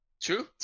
true